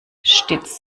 stets